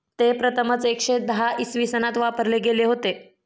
ते प्रथमच एकशे दहा इसवी सनात वापरले गेले होते